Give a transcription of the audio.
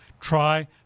try